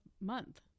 month